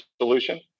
solution